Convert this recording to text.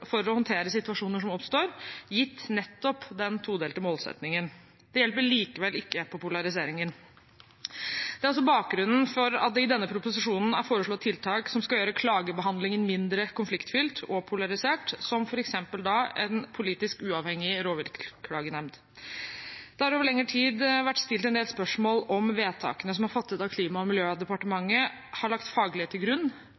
for å håndtere situasjoner som oppstår, gitt nettopp den todelte målsettingen. Det hjelper likevel ikke på polariseringen. Det er også bakgrunnen for at det i denne proposisjonen er foreslått tiltak som skal gjøre klagebehandlingen mindre konfliktfylt og polarisert, som f.eks. en politisk uavhengig rovviltklagenemnd. Det har over lengre tid vært stilt en del spørsmål om hvorvidt vedtakene som er fattet av Klima- og miljødepartementet, har lagt faglighet til grunn,